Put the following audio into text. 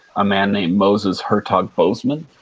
a man named mozes hartog bosman,